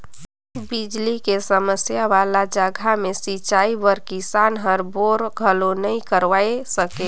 बिजली के समस्या वाला जघा मे सिंचई बर किसान हर बोर घलो नइ करवाये सके